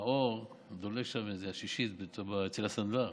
שהאור דולק, עששית, אצל הסנדלר.